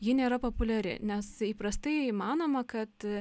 ji nėra populiari nes įprastai manoma kad